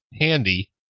handy